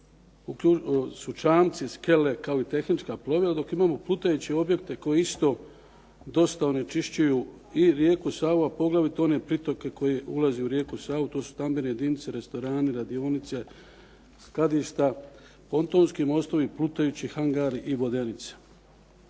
plovila su čamci, skele kao i tehnička plovila. Dok imamo plutajuće objekte koji isto dosta onečišćuju i rijeku Savu, a poglavito one pritoke koji ulaze u rijeku Savu. To su stambene jedinice, restorani, radionice, skladišta, pontonski mostovi, plutajući hangari i vodenice.